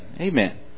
Amen